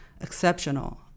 exceptional